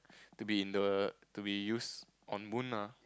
to be in the to be used on moon ah